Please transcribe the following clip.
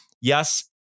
yes